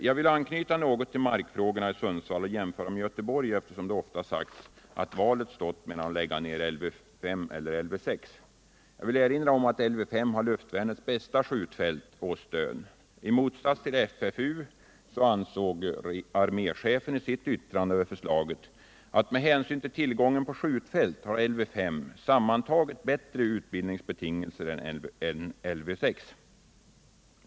Jag vill anknyta något till markfrågorna i Sundsvall och jämföra med Göteborg, eftersom det ofta sagts att valet stått mellan att lägga ned Lv 5 eller Lv 6. Jag vill erinra om att Lv 5 har luftvärnets bästa skjutfält, Åstön. I motsats till FFU ansåg arméchefen i sitt yttrande över förslaget att med hänsyn till tillgången på skjutfält har Lv 5 sammantaget bättre utbildningsbetingelser än Lv 6.